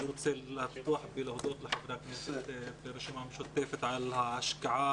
אני רוצה להודות לחברי הכנסת מהרשימה המשותפת על ההשקעה